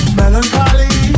melancholy